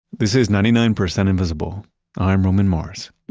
this is ninety nine percent invisible i'm roman mars